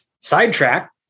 Sidetrack